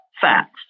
facts